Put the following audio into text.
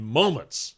moments